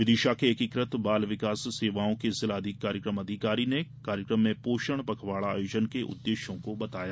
विदिशा के एकीकृत बाल विकास सेवाओं के जिला कार्यक्रम अधिकारी ने कार्यक्रम में पोषण पखवाडा आयोजन के उद्वेश्यों को बताया